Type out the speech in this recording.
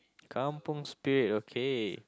kampung spirit okay